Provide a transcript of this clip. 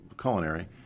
culinary